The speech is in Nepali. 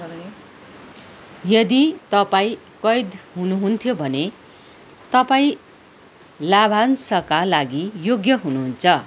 यदि तपाईँँ कैद हुनुहुन्थ्यो भने तपाईँँ लाभांशका लागि योग्य हुनुहुन्छ